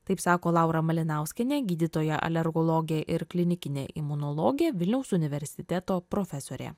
taip sako laura malinauskienė gydytoja alergologė ir klinikinė imunologė vilniaus universiteto profesorė